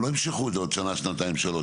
הם לא ימשכו את זה עוד שנה שנתיים שלוש,